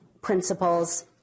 principles